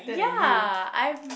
ya I'm